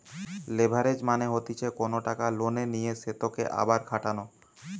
leverage মানে হতিছে কোনো টাকা লোনে নিয়ে সেতকে আবার খাটানো